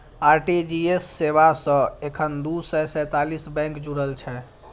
RTGS सेवा सं एखन दू सय सैंतीस बैंक जुड़ल छै